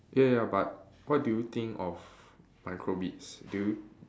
ya ya ya but what do you think of micro bits do you